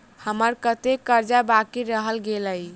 हम्मर कत्तेक कर्जा बाकी रहल गेलइ?